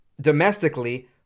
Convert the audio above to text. domestically